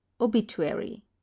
obituary